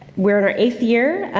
we're in our eighth year.